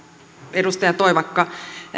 edustaja toivakka